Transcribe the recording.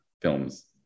films